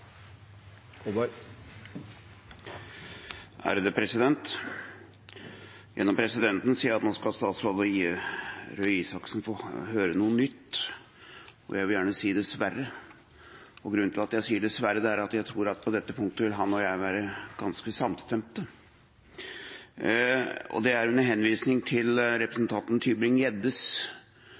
Gjennom presidenten sier jeg at nå skal statsråd Røe Isaksen få høre noe nytt, dessverre. Og grunnen til at jeg sier «dessverre», er at jeg tror at på dette punktet vil han og jeg være ganske samstemte – og det er med henvisning til representanten